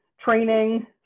training